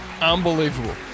Unbelievable